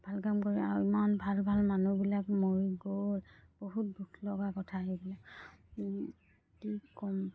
ভাল কাম কৰি আৰু ইমান ভাল ভাল মানুহবিলাক মৰি গল বহুত দুখ লগা কথা সেইবিলাক কি ক'ম